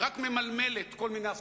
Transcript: היא רק ממלמלת כל מיני הבטחות.